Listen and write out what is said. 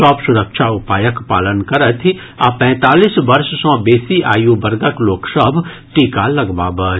सभ सुरक्षा उपायक पालन करथि आ पैंतालीस वर्ष सँ बेसी आयु वर्गक लोक सभ टीका लगबावथि